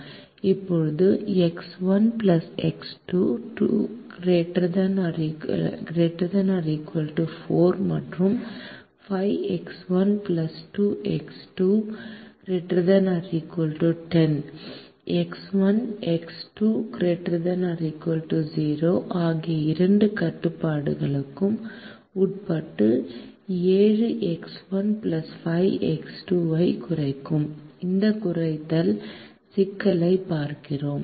இப்போது x 1 x 2 ≥ 4 மற்றும் 5 x 1 2 x 2 ≥ 10 x 1 x 2 ≥0 ஆகிய இரண்டு கட்டுப்பாடுகளுக்கு உட்பட்டு 7 எக்ஸ் 1 5 எக்ஸ் 2 ஐக் குறைக்கும் இந்த குறைத்தல் சிக்கலைப் பார்க்கிறோம்